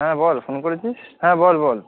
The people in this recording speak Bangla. হ্যাঁ বল ফোন করেছিস হ্যাঁ বল বল